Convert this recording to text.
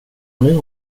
aning